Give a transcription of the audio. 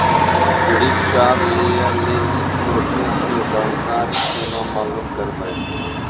Credit card लय लेली process के जानकारी केना मालूम करबै?